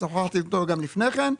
שוחחתי איתו גם לפני כן,